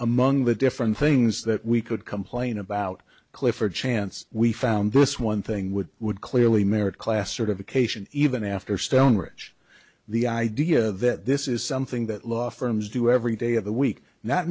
among the different things that we could complain about clifford chance we found this one thing would would clearly merit class sort of occasion even after stonebridge the idea that this is something that law firms do every day of the week not